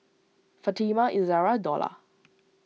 Fatimah Izara Dollah